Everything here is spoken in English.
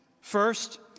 First